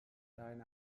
deine